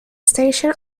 station